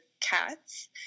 cats